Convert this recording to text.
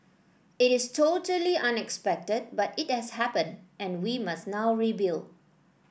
it is totally unexpected but it has happened and we must now rebuild